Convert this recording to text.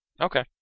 Okay